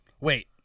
Wait